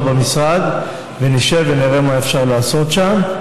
במשרד ונשב ונראה מה אפשר לעשות שם.